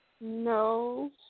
No